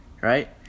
right